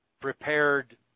prepared